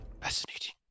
Fascinating